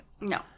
No